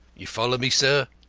you follow me, sir?